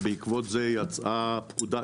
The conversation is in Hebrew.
ובעקבות זה יצאה פקודה,